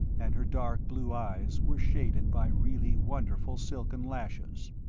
and her dark blue eyes were shaded by really wonderful silken lashes.